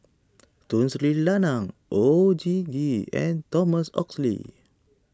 Tun Sri Lanang Oon Jin Gee and Thomas Oxley